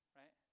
right